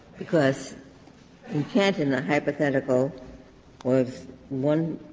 because in canton, the hypothetical was one